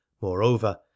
moreover